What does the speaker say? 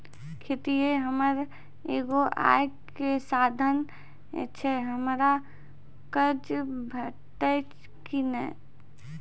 खेतीये हमर एगो आय के साधन ऐछि, हमरा कर्ज भेटतै कि नै?